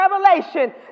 Revelation